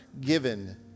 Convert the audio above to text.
given